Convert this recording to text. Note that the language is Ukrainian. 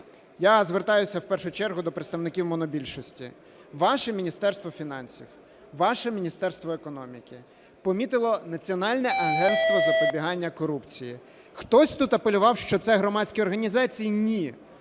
Я звертаюся в першу чергу до представників монобільшості. Ваше Міністерство фінансів, ваше Міністерство економіки, помітило Національне агентство запобігання корупції. Хтось тут апелював, що це громадські організації. Ні,